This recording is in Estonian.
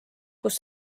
kus